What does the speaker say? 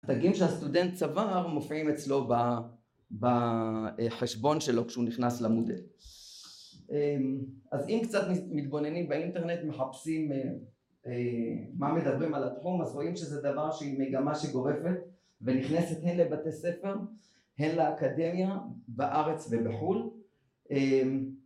התגים שהסטודנט צבר מופיעים אצלו בחשבון שלו כשהוא נכנס למודל אז אם קצת מתבוננים באינטרנט מחפשים מה מדברים על התחום אז רואים שזה דבר שהיא מגמה שגורפת ונכנסת הן לבתי ספר הן לאקדמיה בארץ ובחול